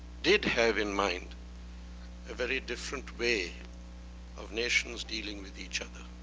did have in mind a very different way of nations dealing with each other.